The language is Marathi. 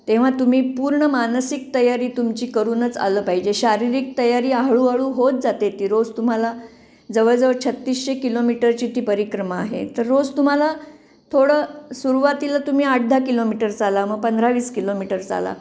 तेव्हा तुम्ही पूर्ण मानसिक तयारी तुमची करूनच आलं पाहिजे शारीरिक तयारी हळूहळू होत जाते ती रोज तुम्हाला जवळजवळ छत्तीसशे किलोमीटरची ती परिक्रमा आहे तर रोज तुम्हाला थोडं सुरुवातीला तुम्ही आठ दहा किलोमीटर चाला मग पंधरा वीस किलोमीटर चाला